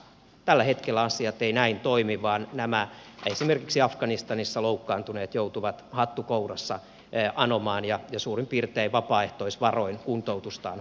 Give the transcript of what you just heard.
tällä hetkellä asiat eivät näin toimi vaan esimerkiksi afganistanissa loukkaantuneet joutuvat hattu kourassa anomaan ja suurin piirtein vapaaehtoisvaroin kuntoutustaan hoitamaan